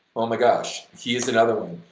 oh my gosh, he is another one.